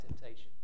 temptation